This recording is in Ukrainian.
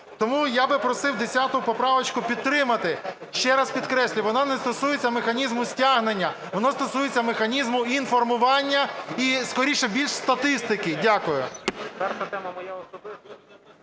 Тому я би просив 10 поправочку підтримати. Ще раз підкреслюю, вона не стосується механізму стягнення. Вона стосується механізму інформування і скоріше більш статистики. Дякую.